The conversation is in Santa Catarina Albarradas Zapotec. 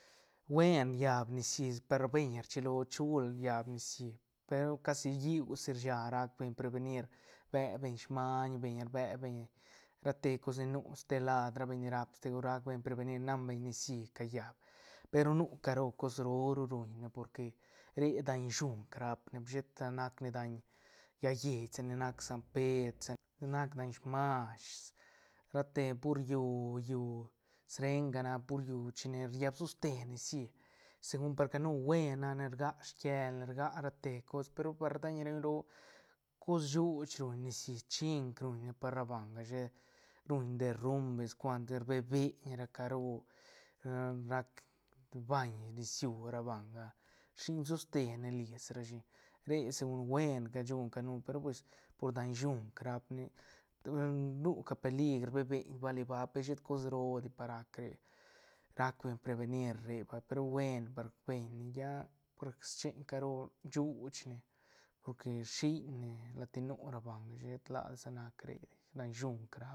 Buen riad nicií per beñ rchilo chul riab nicií pe ru casi lliú si rcha rac beñ prebenir rbe beñ smaiñ beñ rbe beñ ra te cos ni nu ste laad ra beñ ni rap segun rap beñ prevenir nan beñ nicií callab per nu caro cos roo ru ruñne porque re daiñ shunk rap ne sheta nac ne daiñ llaä lleit sa ni nac san pedr sa nac daiñ smash ra te por llú-llú srenga nac pur llú chine riap toste nicií segun par canu buen nac ne rga schielne rga ra te cos pe ru par ra daiñ roo cos shuuch ruñ nicií ching ruñne par ra banga she ruñ ne derumbe cuanti rbe beit ra caro rac bañi nisiú ra banga rshiñ toste lis rashi re segun buenca shune pe ru pues por daiñ shunk rap ne nuca peligr rbe beit bali- ba per shet cos roo di pa rac re rac beñ prebenir re vay pe ru buen par beñ ya par schen ca ro shuuch ne porque rshiñne lat nu ra banga shet la di sa nac re di daiñ shunk rap ne.